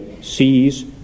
sees